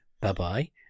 Bye-bye